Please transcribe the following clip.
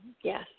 Yes